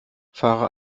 fahre